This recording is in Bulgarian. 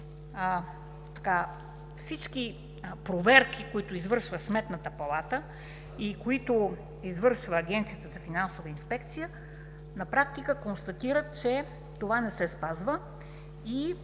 всички проверки, които извършват Сметната палата и Агенцията за финансова инспекция, на практика констатират, че това не се спазва и